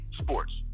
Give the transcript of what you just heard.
Sports